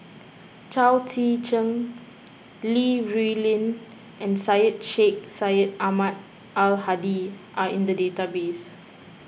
Chao Tzee Cheng Li Rulin and Syed Sheikh Syed Ahmad Al Hadi are in the database